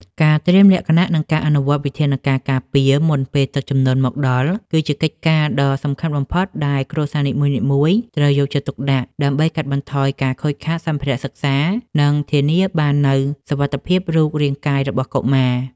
ការត្រៀមលក្ខណៈ និងការអនុវត្តវិធានការការពារមុនពេលទឹកជំនន់មកដល់ គឺជាកិច្ចការដ៏សំខាន់បំផុតដែលគ្រួសារនីមួយៗត្រូវយកចិត្តទុកដាក់ ដើម្បីកាត់បន្ថយការខូចខាតសម្ភារៈសិក្សា និងធានាបាននូវសុវត្ថិភាពរូបរាងកាយរបស់កុមារ។